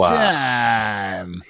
time